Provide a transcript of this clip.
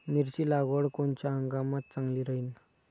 मिरची लागवड कोनच्या हंगामात चांगली राहीन?